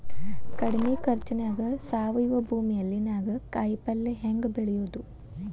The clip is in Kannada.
ಕಡಮಿ ಖರ್ಚನ್ಯಾಗ್ ಸಾವಯವ ಭೂಮಿಯಲ್ಲಿ ನಾನ್ ಕಾಯಿಪಲ್ಲೆ ಹೆಂಗ್ ಬೆಳಿಯೋದ್?